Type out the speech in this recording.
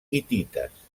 hitites